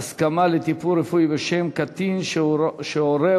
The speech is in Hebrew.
(הסכמה לטיפול רפואי בשם קטין שהורהו